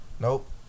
Nope